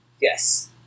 Yes